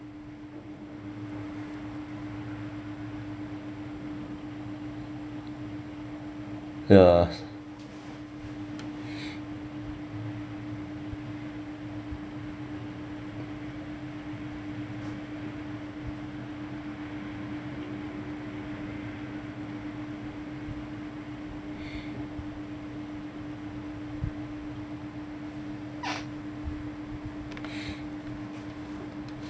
ya